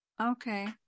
okay